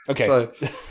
Okay